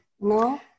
no